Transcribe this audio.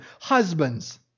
Husbands